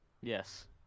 Yes